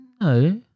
No